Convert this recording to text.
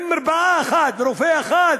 עם מרפאה אחת ורופא אחד,